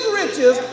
riches